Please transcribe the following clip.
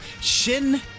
Shin